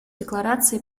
декларация